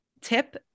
tip